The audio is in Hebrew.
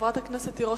חברת הכנסת תירוש,